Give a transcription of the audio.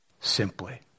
simply